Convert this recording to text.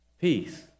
peace